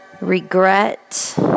regret